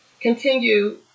continue